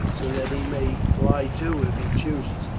so that he may fly too, if he choose.